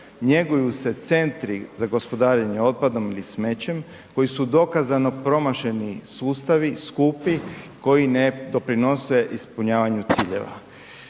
njeguju se centri za gospodarenje otpadom ili smećem koji su dokazano promašeni sustavi, skupi koji ne doprinose ispunjavanju ciljeva.